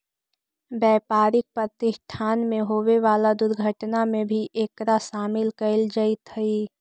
व्यापारिक प्रतिष्ठान में होवे वाला दुर्घटना में भी एकरा शामिल कईल जईत हई